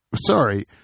sorry